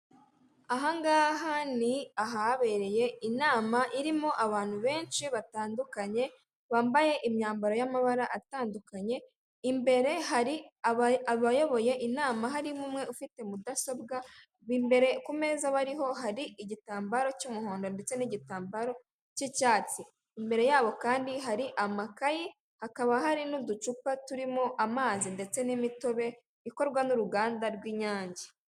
Aha ngaha ni ahabereye inama irimo abantu benshi batandukanye, bambaye imyambaro y'amabara atandukanye, imbere hari abayoboye inama harimo umwe ufite mudasobwa, imbere ku meza bariho hari igitambaro cy'umuhondo ndetse n'igitambaro cy'icyatsi, imbere yabo kandi hari amakayi, hakaba hari n'uducupa turimo amazi ndetse n'imitobe ikorwa n'uruganda rw'Inyange.